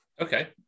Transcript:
Okay